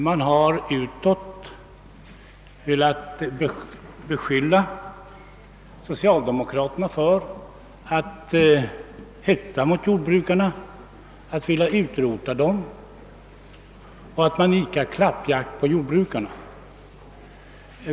Socialdemokraterna har blivit beskylida för att hetsa mot jordbrukarna, att vilja utrota jordbrukarna och bedriva klappjakt på dem.